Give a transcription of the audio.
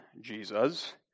Jesus